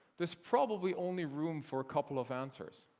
there's probably only room for a couple of answers.